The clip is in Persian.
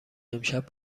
امشب